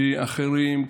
אחרים,